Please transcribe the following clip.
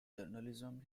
journalism